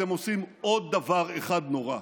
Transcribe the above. אתם עושים עוד דבר אחד נורא,